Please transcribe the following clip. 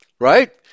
Right